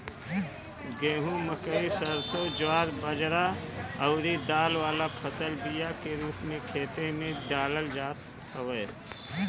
गेंहू, मकई, सरसों, ज्वार बजरा अउरी दाल वाला फसल बिया के रूप में खेते में डालल जात हवे